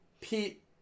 Pete